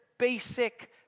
basic